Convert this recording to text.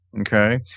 Okay